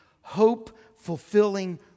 hope-fulfilling